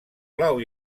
blau